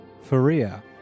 Faria